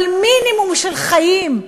אבל מינימום, של חיים בהגינות,